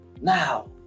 Now